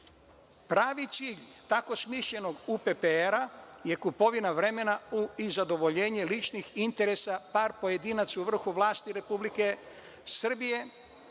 cilj tako smišljenog UPPR-a je kupovina vremena i zadovoljenje ličnih interesa par pojedinaca u vrhu vlasti Republike Srbije